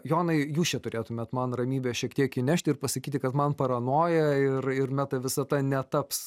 jonai jūs čia turėtumėt man ramybę šiek tiek įnešti ir pasakyti kad man paranoja ir ir meta visata netaps